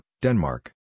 Denmark